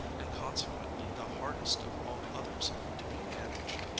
and, consequently, the hardest of all others to be managed.